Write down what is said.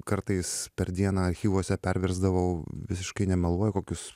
kartais per dieną archyvuose perversdavau visiškai nemeluoju kokius